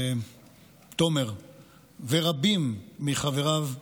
תומר ורבים מחבריו,